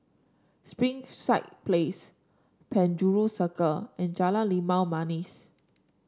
Springside Place Penjuru Circle and Jalan Limau Manis